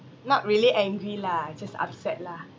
not really angry lah just upset lah